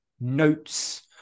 notes